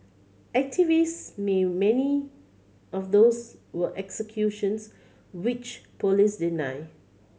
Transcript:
activist may many of those were executions which police deny